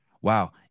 wow